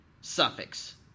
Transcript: suffix